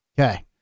Okay